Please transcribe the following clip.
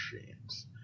machines